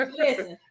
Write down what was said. listen